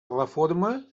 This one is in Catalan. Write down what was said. reforma